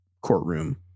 courtroom